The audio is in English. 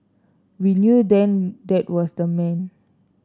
we knew then that was the man